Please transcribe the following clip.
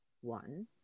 one